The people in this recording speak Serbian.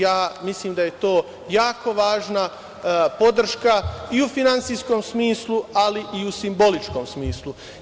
Ja mislim da je to jako važna podrška, i u finansijskom smislu, ali i u simboličkom smislu.